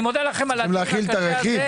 אני מודה לכם על הדיון הקשה הזה.